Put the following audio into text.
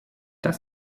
does